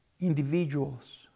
individuals